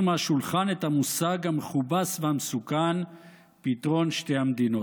מהשולחן את המושג המכובס והמסוכן "פתרון שתי המדינות".